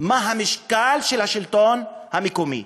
מה המשקל של השלטון המקומי.